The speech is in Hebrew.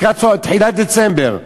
לקראת תחילת דצמבר,